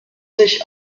sich